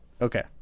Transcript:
Okay